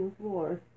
floors